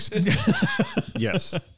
yes